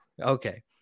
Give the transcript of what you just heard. okay